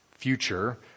Future